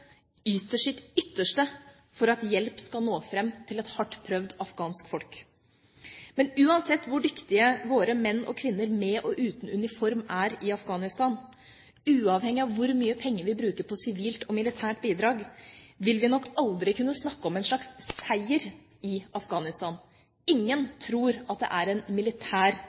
yter sitt ytterste for at hjelp skal nå fram til et hardt prøvet afghansk folk. Men uansett hvor dyktige våre menn og kvinner med og uten uniform er i Afghanistan, uavhengig av hvor mye penger vi bruker på sivilt og militært bidrag, vil vi nok aldri kunne snakke om en slags seier i Afghanistan. Ingen tror at det er en militær